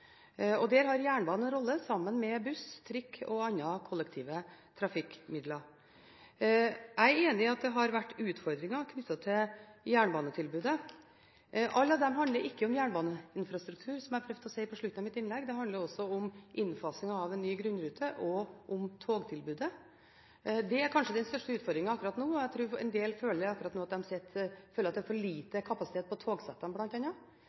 Der har jernbanen en rolle, sammen med buss, trikk og andre kollektive trafikkmidler. Jeg er enig i at det har vært utfordringer knyttet til jernbanetilbudet. Alle de handler ikke om jernbaneinfrastruktur, som jeg prøvde å si på slutten av mitt innlegg, det handler også om innfasing av en ny grunnrute og om togtilbudet. Det er kanskje den største utfordringen akkurat nå. Jeg tror en del føler at det er for lite kapasitet på togsettene bl.a. I den sammenhengen vil det